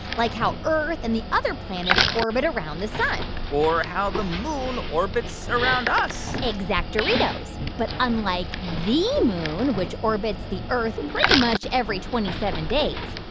like how earth and the other planets orbit around the sun or how the moon orbits around us exact-oritos. but unlike the moon, which orbits the earth pretty much every twenty seven days,